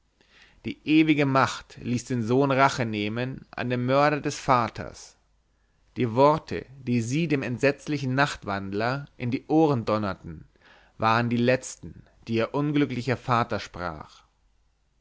die ewige macht ließ den sohn rache nehmen an dem mörder des vaters die worte die sie dem entsetzlichen nachtwandler in die ohren donnerten waren die letzten die ihr unglücklicher vater sprach